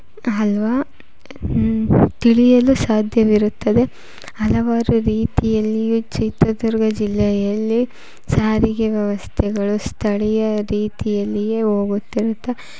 ಅಲ್ವಾ ತಿಳಿಯಲು ಸಾಧ್ಯವಿರುತ್ತದೆ ಹಲವಾರು ರೀತಿಯಲ್ಲಿಯೂ ಚಿತ್ರದುರ್ಗ ಜಿಲ್ಲೆಯಲ್ಲಿ ಸಾರಿಗೆ ವ್ಯವಸ್ಥೆಗಳು ಸ್ಥಳೀಯ ರೀತಿಯಲ್ಲಿಯೇ ಹೋಗುತ್ತಿರುತ್ತೆ